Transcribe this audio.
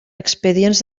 expedient